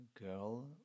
girl